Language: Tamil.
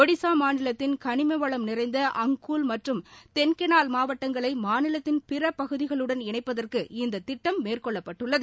ஒடிஸா மாநிலத்தின் களிம வளம் நிறைந்த அங்கூல் மற்றும் தென்கெனால் மாவட்டங்களை மாநிலத்தின் பிற பகுதிகளுடன் இணைப்பதற்கு இந்த திட்டம் மேற்கொள்ளப்பட்டுள்ளது